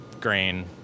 grain